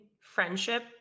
friendship